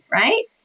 right